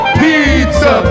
pizza